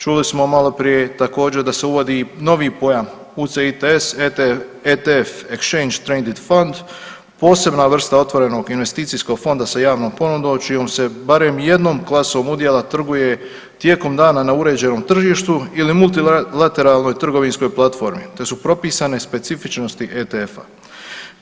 Čuli smo maloprije također da se uvodi i novi pojam UCIT ETF (Exchange Traded funds) posebna vrsta otvorenog investicijskog fonda sa javnom ponudom čijom se barem jednom klasom udjela trguje tijekom dana na uređenom tržištu ili multilateralnoj trgovinskoj platformi te su propisane specifičnosti ETF-a.